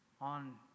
on